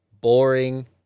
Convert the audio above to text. boring